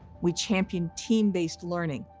we championed team-based learning,